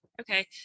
Okay